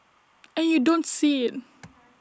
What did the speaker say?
and you don't see IT